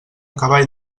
cavall